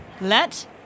Let